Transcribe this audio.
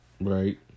Right